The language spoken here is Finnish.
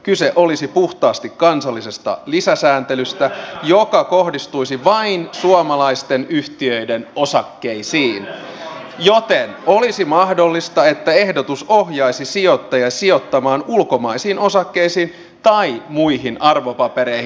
kyse olisi puhtaasti kansallisesta lisäsääntelystä joka kohdistuisi vain suomalaisten yhtiöiden osakkeisiin joten olisi mahdollista että ehdotus ohjaisi sijoittajia sijoittamaan ulkomaisiin osakkeisiin tai muihin arvopapereihin